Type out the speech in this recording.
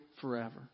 forever